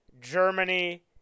Germany